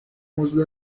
موضوع